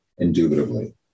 indubitably